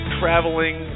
traveling